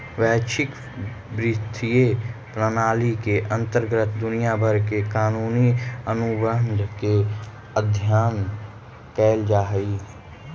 वैश्विक वित्तीय प्रणाली के अंतर्गत दुनिया भर के कानूनी अनुबंध के अध्ययन कैल जा हई